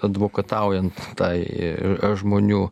advokataujant tai žmonių